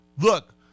look